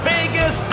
Vegas